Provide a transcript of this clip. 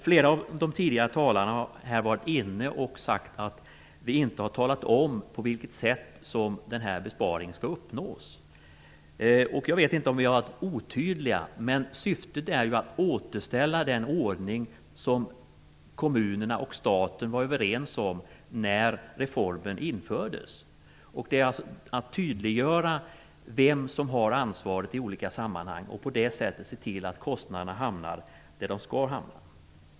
Flera av de tidigare talarna har sagt att vi inte har talat om på vilket sätt den här besparingen skall uppnås. Jag vet inte om vi har varit otydliga. Syftet är ju att återställa den ordning som kommunerna och staten var överens om när reformen infördes. Syftet är alltså att tydliggöra vem som har ansvaret i olika sammanhang och på det sättet se till att kostnaderna hamnar där de skall hamna.